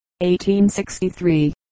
1863